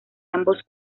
ambos